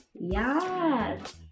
Yes